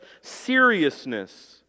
seriousness